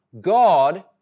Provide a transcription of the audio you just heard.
God